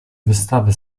wystawy